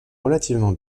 relativement